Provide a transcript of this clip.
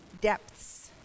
depths